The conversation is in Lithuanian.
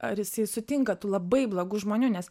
ar jisai sutinka tų labai blogų žmonių nes